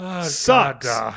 sucks